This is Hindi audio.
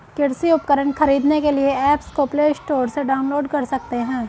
कृषि उपकरण खरीदने के लिए एप्स को प्ले स्टोर से डाउनलोड कर सकते हैं